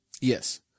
Yes